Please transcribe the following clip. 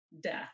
death